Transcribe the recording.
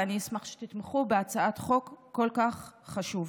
ואני אשמח שתתמכו בהצעת חוק כל כך חשובה.